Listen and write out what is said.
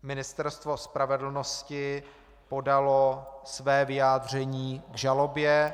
Ministerstvo spravedlnosti podalo své vyjádření k žalobě.